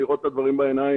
לראות את הדברים בעיניים